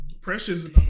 Precious